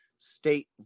State